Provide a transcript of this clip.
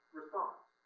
response